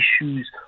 issues